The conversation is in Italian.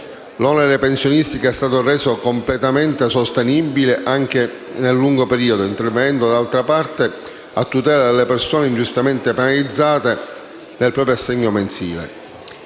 l'onere pensionistico è stato reso completamente sostenibile anche nel lungo periodo, intervenendo nel contempo a tutela delle persone ingiustamente penalizzate nel proprio assegno mensile.